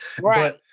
Right